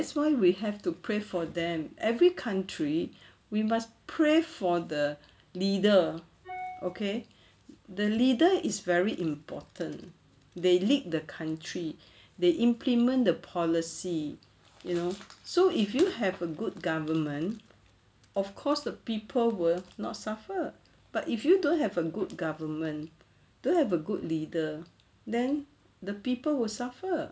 that's why we have to pray for them every country we must pray for the leader okay the leader is very important they lead the country they implement the policy you know so if you have a good government of course the people will not suffer but if you don't have a good government don't have a good leader then the people will suffer